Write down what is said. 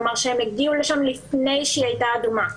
כלומר, שהם הגיעו לשם לפני שהיא הייתה אדומה.